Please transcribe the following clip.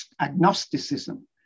agnosticism